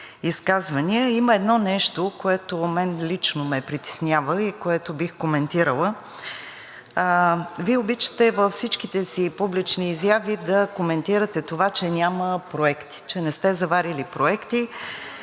има едно нещо, което мен лично ме притеснява и което бих коментирала. Вие обичате във всичките си публични изяви да коментирате това, че няма проекти, че не сте заварили проекти,